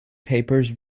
papers